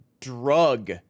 drug